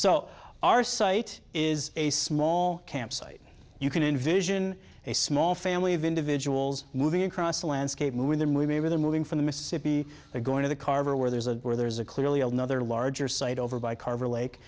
so our site is a small campsite you can envision a small family of individuals moving across the landscape moving their move maybe they're moving from the mississippi they're going to the carver where there's a where there's a clearly a another larger site over by carver lake